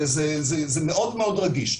זה מאוד מאוד רגיש.